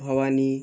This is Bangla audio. ভবানী